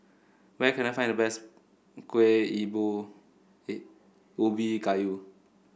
where can I find the best Kueh Ubi Kayu